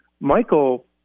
Michael